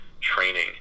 training